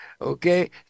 Okay